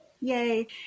Yay